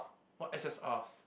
what S_S_Rs